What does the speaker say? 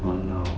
!walao!